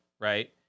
right